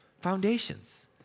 foundations